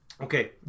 Okay